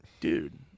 dude